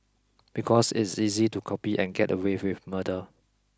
because it's easy to copy and get away with murder